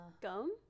gum